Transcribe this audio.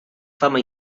fama